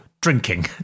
drinking